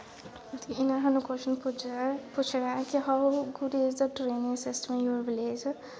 ते इ'नें सानू कोशन पुच्छे दा ऐ कि how good is drainage system in your village